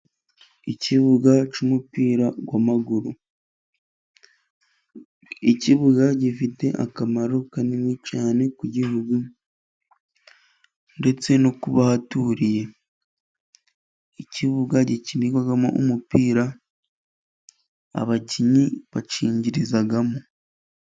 Ikibuga cy'umupira w'amaguru. Ikibuga giro kanini cyane ku Gihugu, ndetse no kubahaturiye. Ikibuga gikinirwamo umupira, abakinnyi bakinjirizamo.